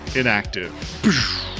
inactive